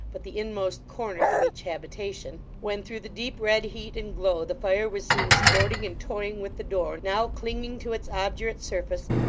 but the inmost corners of each habitation when through the deep red heat and glow, the fire was seen sporting and toying with the door, now clinging to its obdurate surface,